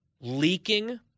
Leaking